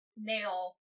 Nail